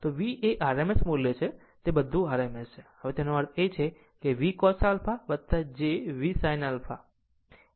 તો V એ RMS મૂલ્ય છે જે બધું RMS છે હવે તેનો અર્થ એ કે VCos α j V sin α બરાબર આ V છે